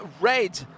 red